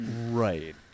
Right